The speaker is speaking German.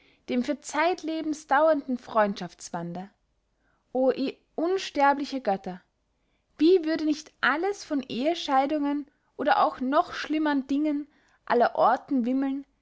dem für zeitlebens dauernden freundschaftsbande o ihr unsterbliche götter wie würde nicht alles von ehescheidungen oder auch noch schlimmern dingen aller orten wimmeln